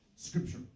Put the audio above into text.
Scripture